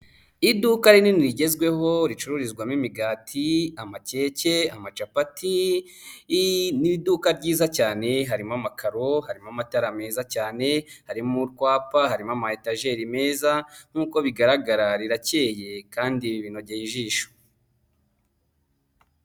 Iduka rinini rigezweho ricururizwamo imigati, ama keke, ama capati, ni iduka ryiza cyane harimo amakaro harimo amatara meza cyane harimo urwapa harimo ama etajeri meza, nk'uko bigaragara rirakeye kandi binogeye ijisho.